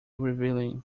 revealing